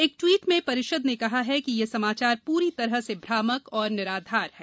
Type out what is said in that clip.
एक ट्वीट में परिषद ने कहा है कि यह समाचार पूरी तरह से भ्रामक और निराघार है